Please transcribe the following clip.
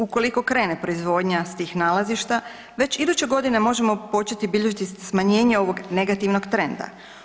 Ukoliko krene proizvodnja s tih nalazišta, već iduće godine možemo početi bilježiti ovog negativnog trenda.